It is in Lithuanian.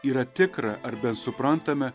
yra tikra ar bent suprantame